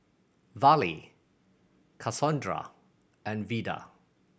Vallie Cassondra and Vida